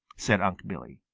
said unc' billy.